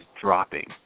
dropping